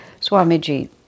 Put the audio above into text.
Swamiji